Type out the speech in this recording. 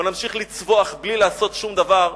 או נמשיך לצווח בלי לעשות שום דבר,